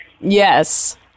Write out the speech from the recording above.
Yes